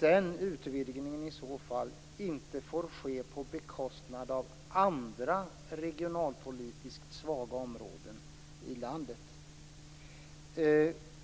den utvidgningen i så fall inte får ske på bekostnad av andra regionalpolitiskt svaga områden i landet.